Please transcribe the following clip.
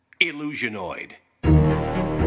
Illusionoid